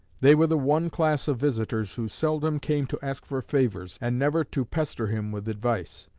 they were the one class of visitors who seldom came to ask for favors, and never to pester him with advice.